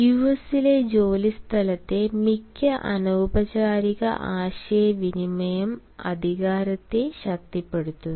യുഎസിലെ ജോലിസ്ഥലത്തെ മിക്ക അനൌപചാരിക ആശയവിനിമയം അധികാരത്തെ ശക്തിപ്പെടുത്തുന്നു